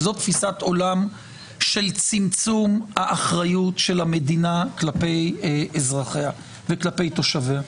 וזו תפיסת עולם של צמצום האחריות של המדינה כלפי אזרחיה וכלפי תושביה.